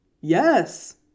Yes